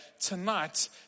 tonight